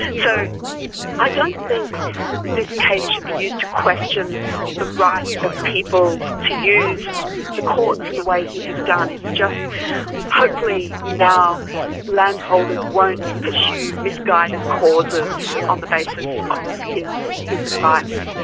so i don't think this case should used to question the rights of people to use the courts in the way he has done, just hopefully now landholders won't pursue misguided causes on the basis of his his advice.